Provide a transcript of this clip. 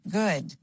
good